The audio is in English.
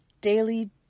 daily